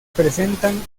presentan